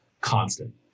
constant